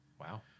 Wow